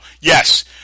yes